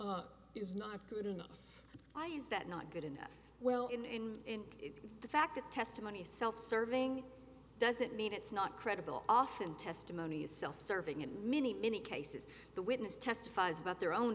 that is not good enough why is that not good enough well in the fact that testimony self serving doesn't mean it's not credible often testimony is self serving in many many cases the witness testifies about their own